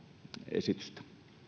esitystä